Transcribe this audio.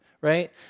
right